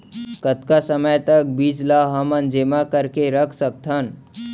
कतका समय तक बीज ला हमन जेमा करके रख सकथन?